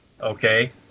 okay